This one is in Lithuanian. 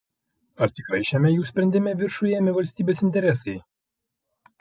ar tikrai šiame jų sprendime viršų ėmė valstybės interesai